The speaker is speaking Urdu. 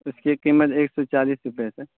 اس کی قیمت ایک سو چالیس روپئے ہے سر